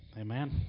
Amen